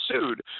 sued